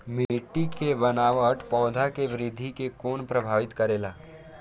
मिट्टी के बनावट पौधा के वृद्धि के कोना प्रभावित करेला?